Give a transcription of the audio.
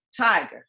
Tiger